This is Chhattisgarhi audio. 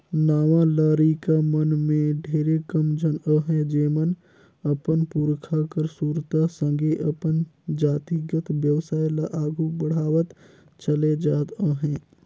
नावा लरिका मन में ढेरे कम झन अहें जेमन अपन पुरखा कर सुरता संघे अपन जातिगत बेवसाय ल आघु बढ़ावत चले जात अहें